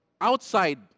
outside